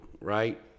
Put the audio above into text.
right